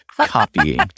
copying